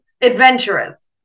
adventurous